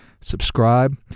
Subscribe